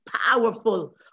powerful